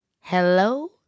Hello